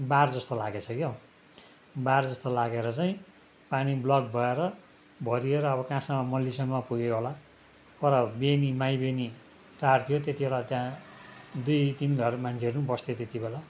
बार जस्तो लागेछ क्याउ बार जस्तो लागेर चाहिँ पानी ब्लक भएर भरिएर अब कहाँसम्म मल्लीसम्म पुग्यो होला पर बेनी माइबेनी टार थियो त्यति बेला त्यहाँ दुई तिन घर मान्छेहरू बस्थे त्यति बेला